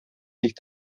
sich